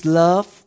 love